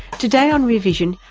today on rear vision,